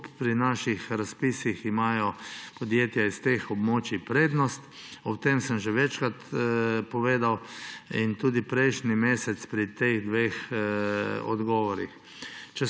Pri naših razpisih imajo podjetja s teh območij prednost. O tem sem že večkrat povedal, tudi prejšnji mesec pri teh dveh odgovorih.